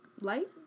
light